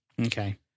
Okay